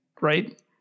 right